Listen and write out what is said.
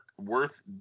worth